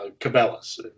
cabelas